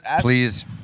Please